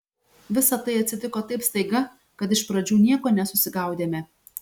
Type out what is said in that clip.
visa tai atsitiko taip staiga kad iš pradžių nieko nesusigaudėme